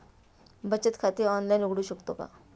बचत खाते ऑनलाइन उघडू शकतो का?